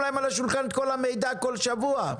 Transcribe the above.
להם על השולחן את כל המידע בכל שבוע?